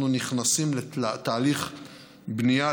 אנחנו נכנסים לתהליך בנייה.